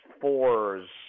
fours